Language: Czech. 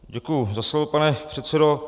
Děkuji za slovo, pane předsedo.